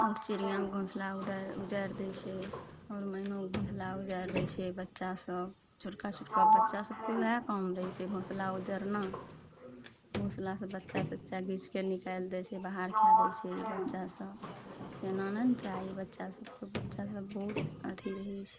आउर चिड़ियाँके घोसला उदा उजारि दै छै आओर मैनोके घोसला उजारि दै छै बच्चा सब छोटका छोटका बच्चा सबके वएह काम रहय छै घोसला उजरना घोसलासँ बच्चा तच्चा घीच कए निकालि दै छै बाहर कए दै छै ई बच्चा सब एना नहि ने चाही बच्चा सबके बच्चा सब बहुत अथी रहय छै